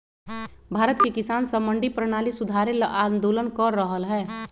भारत के किसान स मंडी परणाली सुधारे ल आंदोलन कर रहल हए